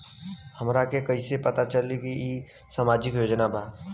हमरा के कइसे पता चलेगा की इ सामाजिक योजना बा?